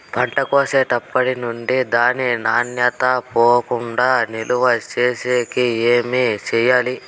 పంట కోసేటప్పటినుండి దాని నాణ్యత పోకుండా నిలువ సేసేకి ఏమేమి చేయాలి?